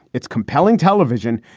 it's compelling television,